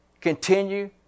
Continue